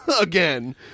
again